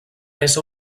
ésser